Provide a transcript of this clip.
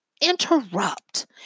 interrupt